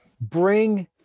bring